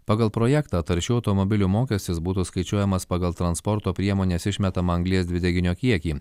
pagal projektą taršių automobilių mokestis būtų skaičiuojamas pagal transporto priemonės išmetamą anglies dvideginio kiekį